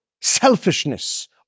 selfishness